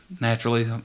naturally